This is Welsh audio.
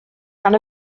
gan